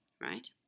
right